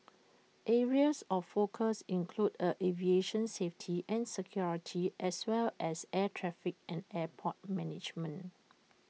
areas of focus include aviation safety and security as well as air traffic and airport management